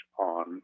on